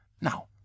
Now